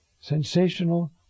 Sensational